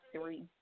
three